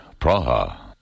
Praha